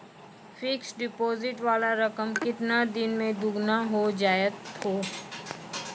Fixed deposit वाला रकम केतना दिन मे दुगूना हो जाएत यो?